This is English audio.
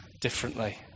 differently